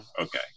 Okay